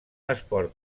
esport